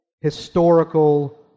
historical